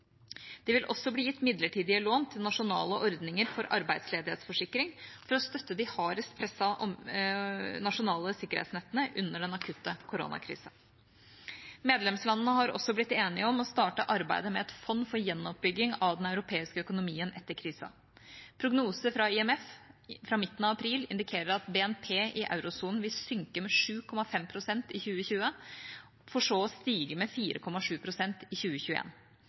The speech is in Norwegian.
Det vil også bli gitt midlertidige lån til nasjonale ordninger for arbeidsledighetsforsikring for å støtte de hardest pressede nasjonale sikkerhetsnettene under den akutte koronakrisen. Medlemslandene har også blitt enige om å starte arbeidet med et fond for gjenoppbygging av den europeiske økonomien etter krisen. Prognoser fra IMF fra midten av april indikerer at BNP i eurosonen vil synke med 7,5 pst. i 2020 for så å stige med 4,7 pst. i